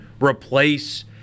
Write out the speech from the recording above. replace